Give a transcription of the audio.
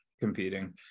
competing